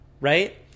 right